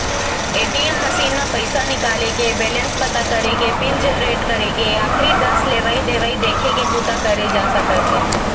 ATM machine म पइसा निकाले के, बेलेंस पता करे के, पिन जनरेट करे के, आखरी दस लेवइ देवइ देखे के बूता करे जा सकत हे